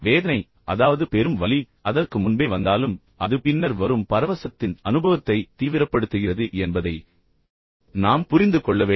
வேதனை அதாவது பெரும் வலி அதற்கு முன்பே வந்தாலும் அது பின்னர் வரும் பரவசத்தின் அனுபவத்தை தீவிரப்படுத்துகிறது என்பதை நாம் புரிந்து கொள்ள வேண்டும்